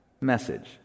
message